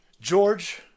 George